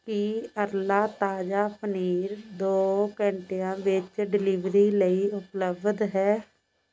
ਕੀ Arla ਤਾਜ਼ਾ ਪਨੀਰ ਦੋ ਘੰਟਿਆਂ ਵਿੱਚ ਡਿਲੀਵਰੀ ਲਈ ਉਪਲੱਬਧ ਹੈ